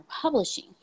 Publishing